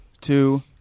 two